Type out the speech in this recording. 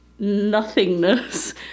Nothingness